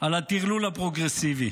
על הטרלול הפרוגרסיבי.